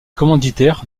commanditaires